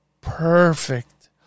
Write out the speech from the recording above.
perfect